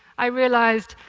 i realized,